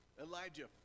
Elijah